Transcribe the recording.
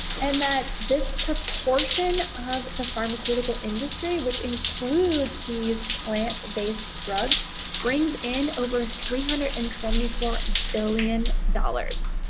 and that this proportion of the pharmaceutical industry which includes these plant-based drugs brings in over three hundred and seventy four billion dollars.